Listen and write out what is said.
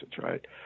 right